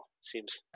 Seems